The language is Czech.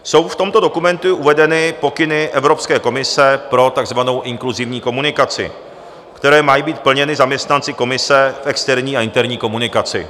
Jsou v tomto dokumentu uvedeny pokyny Evropské komise pro takzvanou inkluzivní komunikaci, které mají být plněny zaměstnanci Komise v externí a interní komunikaci.